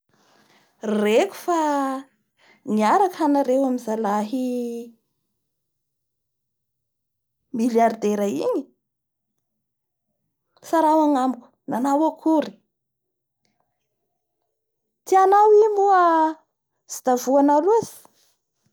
Reko fa miaraky hanareo amin'ny zaahy milliardera igny tsarao agnamiko annao akory, tianao i moa tsy da voanao loatsy..